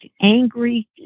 angry